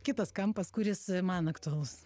kitas kampas kuris man aktualus